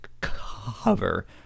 cover